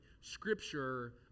Scripture